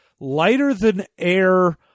lighter-than-air